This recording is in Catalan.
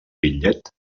bitllet